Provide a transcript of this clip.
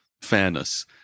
fairness